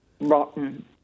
rotten